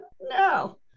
No